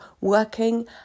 working